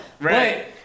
Right